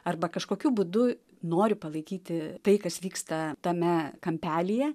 arba kažkokiu būdu nori palaikyti tai kas vyksta tame kampelyje